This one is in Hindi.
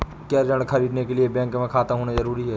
क्या ऋण ख़रीदने के लिए बैंक में खाता होना जरूरी है?